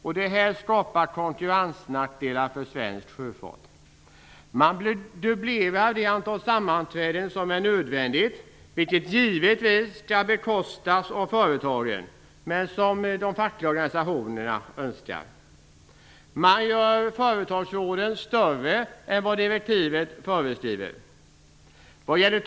Detta skapar konkurrensnackdelar för svensk sjöfart. Man dubblerar det antal sammanträden som är nödvändigt, vilket de fackliga organisationerna önskar men som givetvis skall bekostas av företagen. Man gör företagsråden större än vad direktivet föreskriver.